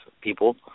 people